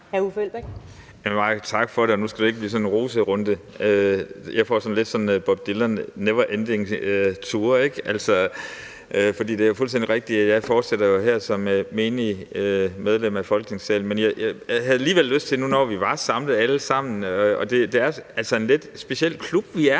Tak for det. Nu skal det ikke blive sådan en roserunde – jeg får det lidt, som var det Bob Dylans Never Ending Tour – for det er jo fuldstændig rigtigt, at jeg fortsætter her som menigt medlem af Folketinget, men jeg havde alligevel lyst til det, når vi nu var samlet alle sammen. Det er altså en lidt speciel klub, vi er